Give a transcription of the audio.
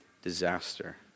Disaster